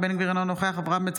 אינה נוכחת רם בן ברק,